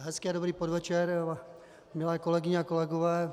Hezký a dobrý podvečer, milé kolegyně a kolegové.